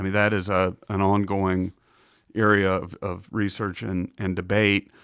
i mean that is ah an ongoing area of of research and and debate.